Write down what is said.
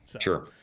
Sure